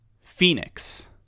Phoenix